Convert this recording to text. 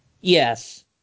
Yes